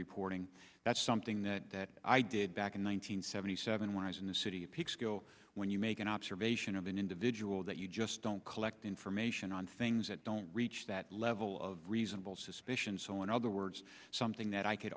reporting that's something that i did back in one nine hundred seventy seven when i was in the city when you make an servatius of an individual that you just don't collect information on things that don't reach that level of reasonable suspicion so in other words something that i could